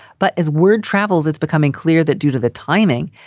but as word travels, it's becoming clear that due to the timing,